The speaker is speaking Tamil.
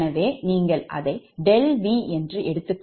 எனவே நீங்கள் அதை Δ𝑉 என்று எடுத்துக்கொள்ள வேண்டும்